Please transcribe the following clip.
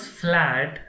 flat